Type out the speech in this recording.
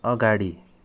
अगाडि